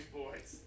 boys